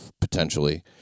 potentially